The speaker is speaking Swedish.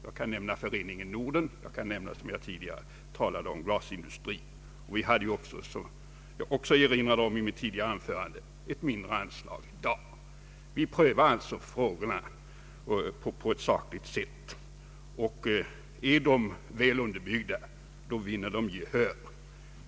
Jag kan nämna föreningen Norden och — som jag sade tidigare — glasindustrin. Vi prövar alltså frågorna på ett sakligt sätt. Är förslagen väl underbyggda, vinner de gehör.